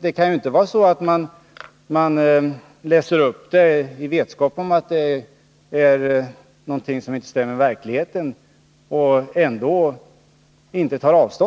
Det kan ju inte vara så att man läser upp det i god tro. Man vet ju att det inte stämmer med verkligheten. I detta citat talas det